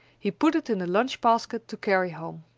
he put it in the lunch-basket to carry home.